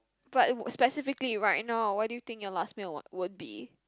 but specifically right now what do you think your last meal will would be